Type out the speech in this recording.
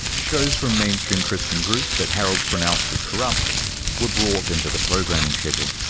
shows from mainstream christian groups that harold pronounced as corrupt were brought into the programming schedule.